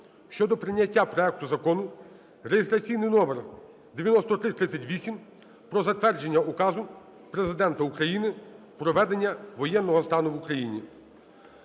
щодо прийняття проекту Закону (реєстраційний номер 9338) про затвердження Указу Президента України "Про введення воєнного стану в Україні".